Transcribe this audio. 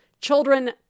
children